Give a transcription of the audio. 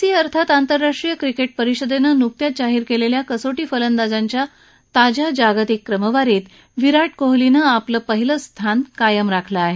C अर्थात आस्तिराष्ट्रीय cricket परिषदेन जुकत्याच जाहीर केलेल्या कसोटी फलस्तिजाच्या ताज्या जागतिक क्रमवारीत विराट कोहलीन आपल पिहिल क्रिथान कायम राखल आहे